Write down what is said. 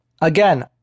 Again